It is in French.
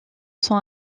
sont